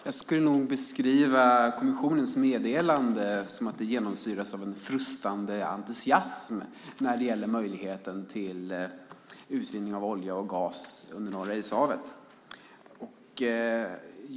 Fru talman! Jag skulle beskriva kommissionens meddelande som att det genomsyras av en frustande entusiasm över möjligheten till utvinning av olja och gas under Norra ishavet.